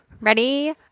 Ready